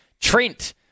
Trent